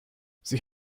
sie